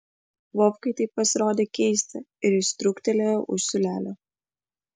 vovkai tai pasirodė keista ir jis trūktelėjo už siūlelio